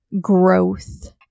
growth